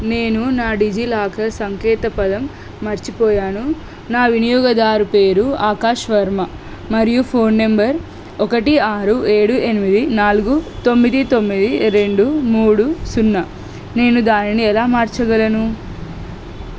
నేను నా డిజిలాకర్ సంకేతపదం మరచిపోయాను నా వినియోగదారు పేరు ఆకాష్ వర్మ మరియు ఫోన్ నంబర్ ఒకటి ఆరు ఏడు ఎనిమిది నాలుగు తొమ్మిది తొమ్మిది రెండు మూడు సున్నా నేను దానిని ఎలా మార్చగలను